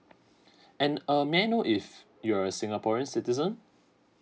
and (yh) may I know if you are a singaporean citizen